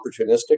opportunistic